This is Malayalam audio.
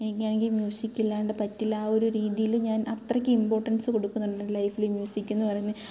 എനിക്കാണെങ്കിൽ മ്യൂസിക്കില്ലാണ്ട് പറ്റില്ല ആ ഒരു രീതിയിൽ ഞാൻ അത്രക്ക് ഇമ്പോർട്ടൻസ് കൊടുക്കുന്നുണ്ട് ലൈഫിൽ മ്യൂസിക് എന്ന് പറഞ്ഞ്